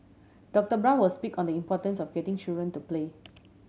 Doctor Brown will speak on the importance of getting children to play